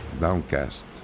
Downcast